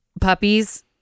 Puppies